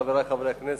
חברי חברי הכנסת,